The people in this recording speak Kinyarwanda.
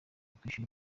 kwishyura